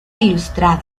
ilustrada